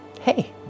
hey